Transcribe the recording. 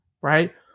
right